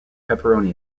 pepperoni